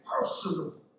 personal